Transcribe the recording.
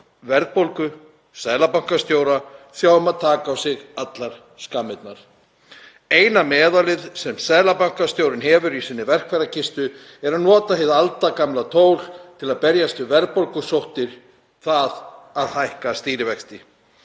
verðbólgu, seðlabankastjóra, sjá um að taka á sig allar skammirnar. Eina meðalið sem seðlabankastjórinn hefur í sinni verkfærakistu er að nota hið aldagamla tól til að berjast við verðbólgusóttir, það að hækka stýrivexti.